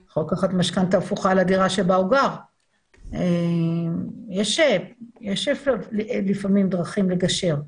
יכול לקחת משכנתא הפוכה על הדירה שבה הוא גר - יש לפעמים דרכים לגשר.